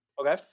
Okay